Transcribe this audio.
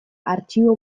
artxibo